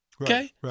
Okay